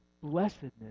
blessedness